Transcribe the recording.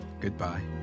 goodbye